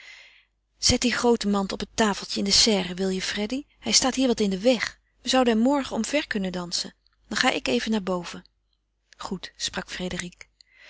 zet die groote mand op het tafeltje in de serre wil je freddy hij staat hier wat in den weg we zouden hem morgen omver kunnen dansen dan ga ik even naar boven goed sprak